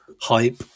hype